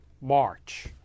March